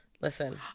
Listen